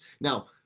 Now